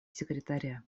секретаря